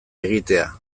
egitea